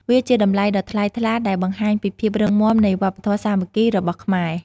វាជាតម្លៃដ៏ថ្លៃថ្លាដែលបង្ហាញពីភាពរឹងមាំនៃវប្បធម៌សាមគ្គីរបស់ខ្មែរ។